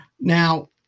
Now